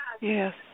Yes